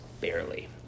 barely